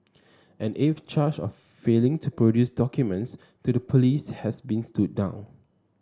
an eighth charge of failing to produce documents to the police has been stood down